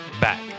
back